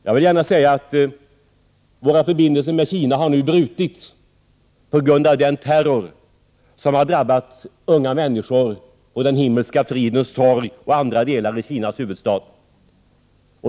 Jag vill gärna nämna att våra förbindelser med Kina nu har brutits på grund av den terror som har drabbat unga människor på Himmelska fridens torg och i andra delar av Kinas huvudstad.